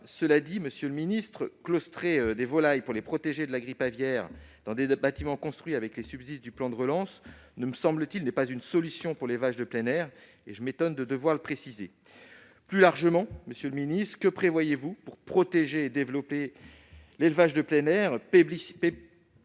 résultat, mais, enfin, claustrer les volailles pour les protéger de la grippe aviaire dans des bâtiments construits avec les subsides du plan de relance ne me semble pas être une solution pour l'élevage de plein air. Je m'étonne de devoir le préciser. Plus largement, monsieur le ministre, que prévoyez-vous pour protéger et développer l'élevage de plein air